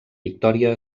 victòria